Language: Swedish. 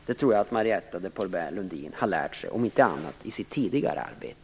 Det tror jag att Marietta de Pourbaix-Lundin har lärt sig, om inte annat i sitt tidigare arbete.